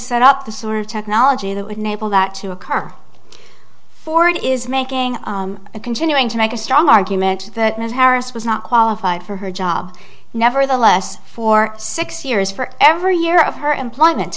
set up the sort of technology that would enable that to occur ford is making a continuing to make a strong argument that ms harris was not qualified for her job nevertheless for six years for every year of her employment